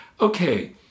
okay